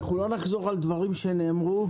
לא נחזור על דברים שנאמרו,